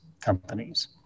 companies